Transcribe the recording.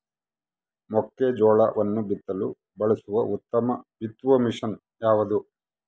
ಮೆಕ್ಕೆಜೋಳವನ್ನು ಬಿತ್ತಲು ಬಳಸುವ ಉತ್ತಮ ಬಿತ್ತುವ ಮಷೇನ್ ಯಾವುದು?